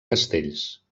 castells